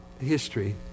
history